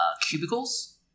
cubicles